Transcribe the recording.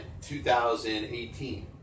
2018